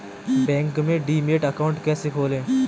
Bank में demat account कैसे खोलें?